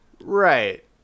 Right